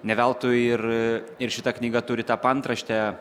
ne veltui ir ir šita knyga turi tą paantraštę